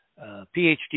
PhD